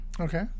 okay